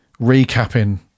recapping